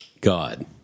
God